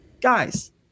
guys